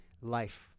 life